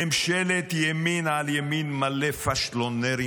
ממשלת ימין על ימין מלא פשלונרים,